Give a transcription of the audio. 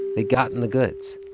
they'd gotten the goods.